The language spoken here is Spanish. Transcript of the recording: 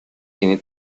tiene